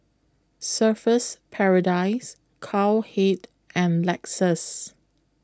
Surfer's Paradise Cowhead and Lexus